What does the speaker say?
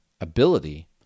ability